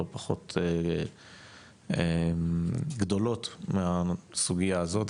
לא פחות גדולות מהסוגייה הזאת,